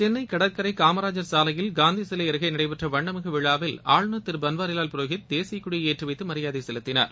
சென்னை கடற்கரை காமராஜர் சாலையில் காந்தி சிலை அருகே நடைபெற்ற வண்ணமிகு விழாவில் ஆருநர் திரு பன்வாரிவால் புரோகித் தேசிய கொடியை ஏற்றி வைத்து மரியாதை செலுத்தினார்